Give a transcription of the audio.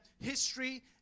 history